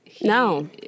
No